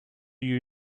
you